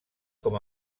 com